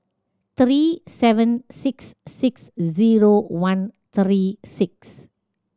three seven six six zero one three six